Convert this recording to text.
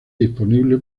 disponible